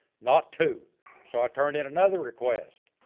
not two so i turned in another request.